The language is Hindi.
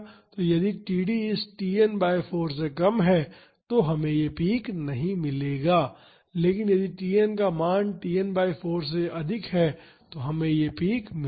तो यदि td इस Tn बाई 4 कम है तो हमें यह पीक नहीं मिलेगा लेकिन यदि td का मान Tn बाई 4 अधिक है तो हमारे पास यह पीक होगा